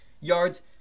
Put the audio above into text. yards